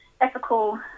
ethical